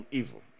evil